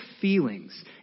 feelings